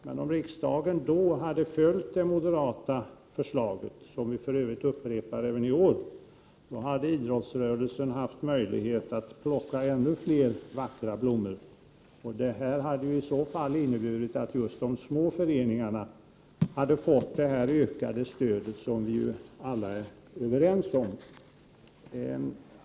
Men om riksdagen då hade följt det moderata förslaget, som vi för övrigt upprepar även i år, hade idrottsrörelsen haft möjlighet att plocka ännu fler vackra blommor. Det hade i så fall inneburit att de små föreningarna hade fått det ökade stöd som vi alla är överens om.